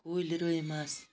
کُلۍ رُوۍمَس